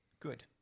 Good